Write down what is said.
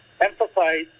emphasize